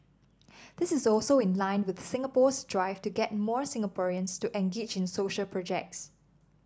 this is also in line with Singapore's drive to get more Singaporeans to engage in social projects